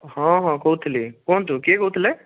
ହଁ ହଁ କହୁଥିଲି କୁହନ୍ତୁ କିଏ କହୁଥିଲେ